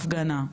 הפגנה,